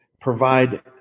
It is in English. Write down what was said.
provide